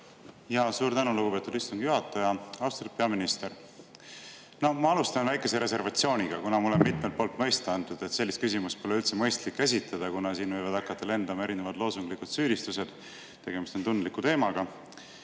Suur tänu, lugupeetud istungi juhataja! Austatud peaminister! Ma alustan väikese reservatsiooniga, kuna mulle on mitmelt poolt mõista antud, et sellist küsimust pole üldse mõistlik käsitleda, kuna siin võivad hakata lendama erinevad loosunglikud süüdistused. Tegemist on tundliku teemaga.